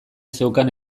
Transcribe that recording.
zeukan